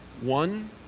one